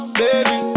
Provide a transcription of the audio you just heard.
baby